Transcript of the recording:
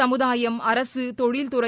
சமுதாயம் அரக தொழில்துறை